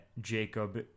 jacob